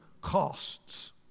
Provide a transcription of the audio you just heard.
costs